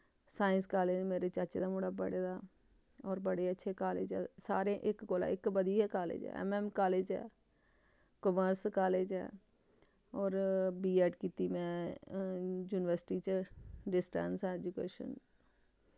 science college मेरे चाचे दा मुड़ा पढ़े दा होर बड़े अच्छे कालज ऐ इक कोला इक बदिया कालज ऐ ऐम्म ऐम्म कालज ऐ कामर्स कालज ऐ होर बी ऐड कीती मैं युनिवर्सिटी च डिस्टैंस ऐजुकेशन